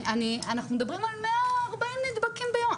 אנחנו מדברים על מאה ארבעים נדבקים ביום.